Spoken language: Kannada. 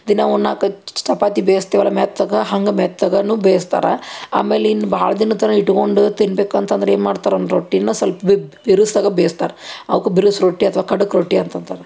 ದಿನ ಉಣ್ಣಾಕ ಅಚ್ ಚಪಾತಿ ಬೇಯಿಸ್ತೀವಲ್ಲ ಮೆತ್ತಗೆ ಹಂಗೆ ಮೆತ್ತಗೆನು ಬೇಯ್ಸ್ತಾರೆ ಆಮೇಲೆ ಇನ್ನು ಭಾಳ ದಿನದ ತನಕ ಇಟ್ಟುಕೊಂಡು ತಿನ್ಬೇಕು ಅಂತಂದ್ರೆ ಏನು ಮಾಡ್ತಾರೆ ಒಂದು ರೊಟ್ಟಿನ ಸಲ್ಪ ಬಿರುಸ್ದಾಗ ಬೇಯ್ಸ್ತಾರೆ ಅವ್ಕೆ ಬಿರುಸು ರೊಟ್ಟಿ ಅಥ್ವಾ ಖಡಕ್ ರೊಟ್ಟಿ ಅಂತಂತಾರೆ